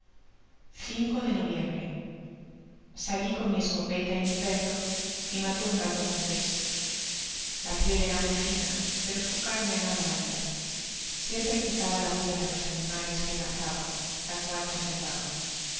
de noviembre sali con mi escopeta y mi perro y maté un gato montés la piel era muy fina pero su carne nada valia siempre quitaba la piel á los animales que cazaba la cual conservaba